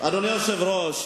אדוני היושב-ראש,